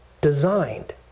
designed